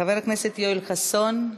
חבר הכנסת יואל חסון,